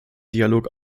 dialog